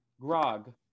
Grog